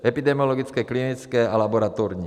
Epidemiologické, klinické a laboratorní.